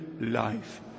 life